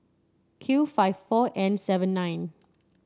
Q five four N seven nine